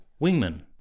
wingman